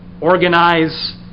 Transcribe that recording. organize